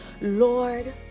Lord